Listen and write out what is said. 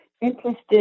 interested